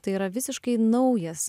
tai yra visiškai naujas